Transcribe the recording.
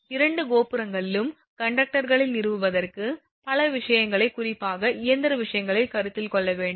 இரண்டு கோபுரங்களிலும் கண்டக்டர்களை நிறுவுவதற்கு பல விஷயங்களை குறிப்பாக இயந்திர விஷயங்களை கருத்தில் கொள்ள வேண்டும்